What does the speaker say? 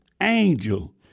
angel